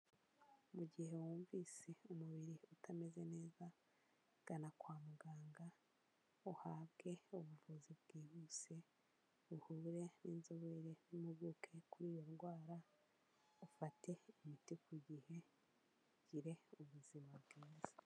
Mu gihe wumvise umubiri utameze neza, gana kwa muganga uhabwe ubuvuzi bwihuse, uhure n'inzobere n'impuguke kuri iyo ndwara, ufate imiti ku gihe, ugire ubuzima bwiza.